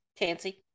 Tancy